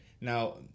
Now